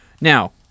Now